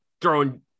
throwing